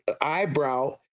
eyebrow